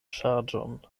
ŝarĝon